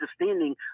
understanding